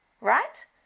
Right